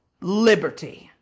liberty